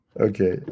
Okay